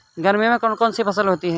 गर्मियों में कौन कौन सी फसल होती है?